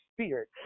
Spirit